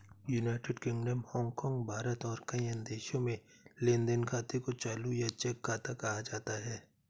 United Kingdom, Hong, भारत और कई अन्य देशों में लेन देन खाते को चालू या चेक खाता कहा जाता है